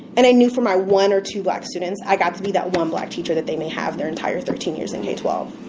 and i knew for my one or two black students, i got to be that one black teacher that they may have their entire thirteen years in k twelve,